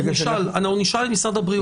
אנחנו נשאל את משרד הבריאות.